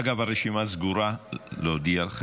אגב, הרשימה סגורה, להודיע לכם.